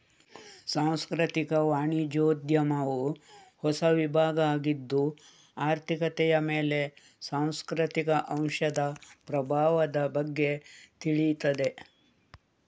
ಸಾಂಸ್ಕೃತಿಕ ವಾಣಿಜ್ಯೋದ್ಯಮವು ಹೊಸ ವಿಭಾಗ ಆಗಿದ್ದು ಆರ್ಥಿಕತೆಯ ಮೇಲೆ ಸಾಂಸ್ಕೃತಿಕ ಅಂಶದ ಪ್ರಭಾವದ ಬಗ್ಗೆ ತಿಳೀತದೆ